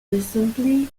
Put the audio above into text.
recently